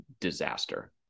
disaster